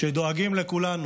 שדואגים לכולנו,